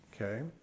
Okay